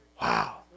Wow